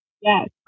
Yes